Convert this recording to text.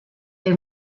they